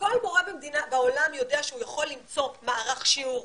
כשכל מורה בעולם יודע שהוא יכול למצוא מערך שיעור,